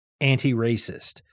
anti-racist